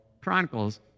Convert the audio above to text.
Chronicles